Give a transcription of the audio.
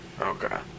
Okay